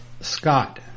Scott